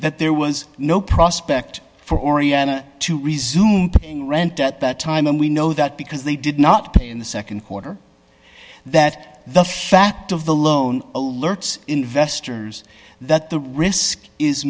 that there was no prospect for oriana to resume paying rent at that time and we know that because they did not pay in the nd quarter that the fact of the loan alerts investors that the risk is